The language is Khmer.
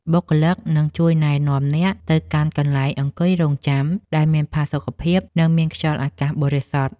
បុគ្គលិកនឹងជួយណែនាំអ្នកទៅកាន់កន្លែងអង្គុយរង់ចាំ ដែលមានផាសុកភាព និងមានខ្យល់អាកាសបរិសុទ្ធ។